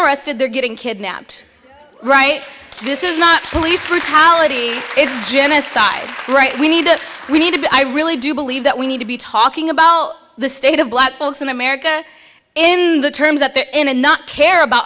arrested they're getting kidnapped right this is not police brutality it's genocide right we need to we need to i really do believe that we need to be talking about the state of black folks in america in the terms that they're in and not care about